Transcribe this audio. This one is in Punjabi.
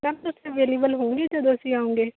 ਮੈਮ ਤੁਸੀਂ ਅਵੇਲੇਵਲ ਹੋਓਂਗੇ ਜਦੋਂ ਅਸੀਂ ਆਓਂਗੇ